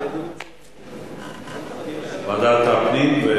ועדת הפנים.